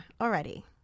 already